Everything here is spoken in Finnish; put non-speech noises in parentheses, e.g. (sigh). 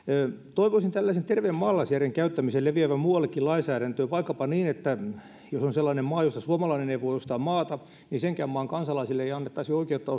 toivoisin tällaisen terveen maalaisjärjen käyttämisen leviävän muuallekin lainsäädäntöön vaikkapa niin että jos on sellainen maa josta suomalainen ei voi ostaa maata niin senkään maan kansalaisille ei annettaisi oikeutta (unintelligible)